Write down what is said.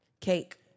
Cake